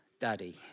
Daddy